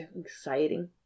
exciting